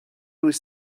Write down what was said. was